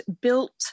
built